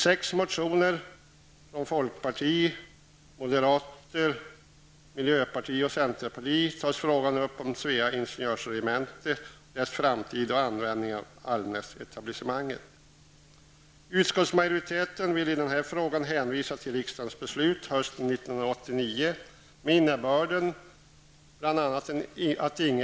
Sex motioner från bl.a. folkpartiet, moderata samlingspartiet och miljöpartiet tar upp frågan om Svea ingenjörsregementes framtid och användningen av Almnäsetablissementet. Utskottsmajoriteten vill i denna fråga hänvisa till riksdagens beslut hösten 1989 med innebörden bl.a. att Ing.